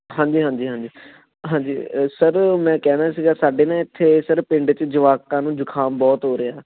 ਹਾਂਜੀ ਹਾਂਜੀ ਹਾਂਜੀ ਹਾਂਜੀ ਸਰ ਮੈਂ ਕਹਿਣਾ ਸੀਗਾ ਸਾਡੇ ਨਾ ਇੱਥੇ ਸਰ ਪਿੰਡ 'ਚ ਜੁਆਕਾਂ ਨੂੰ ਜ਼ੁਖਾਮ ਬਹੁਤ ਹੋ ਰਿਹਾ